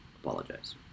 apologize